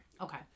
Okay